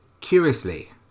Curiously